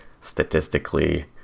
statistically